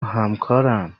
همکارم